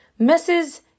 Mrs